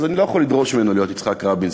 אז אני לא יכול לדרוש ממנו להיות יצחק רבין,